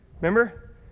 Remember